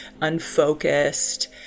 unfocused